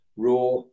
Raw